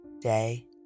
Day